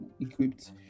equipped